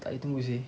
tak boleh tunggu seh